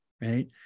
Right